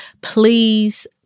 please